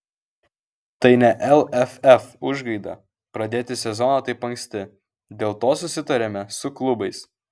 tai ne lff užgaida pradėti sezoną taip anksti dėl to susitarėme su klubais